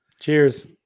Cheers